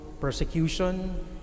persecution